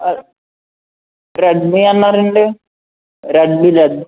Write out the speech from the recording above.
Redmi అన్నారు అండి Redmi Redmi